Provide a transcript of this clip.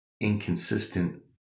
inconsistent